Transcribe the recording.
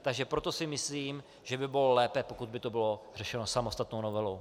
Takže proto si myslím, že by bylo lépe, pokud by to bylo řešeno samostatnou novelou.